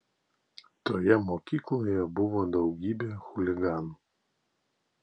toje mokykloje buvo daugybė chuliganų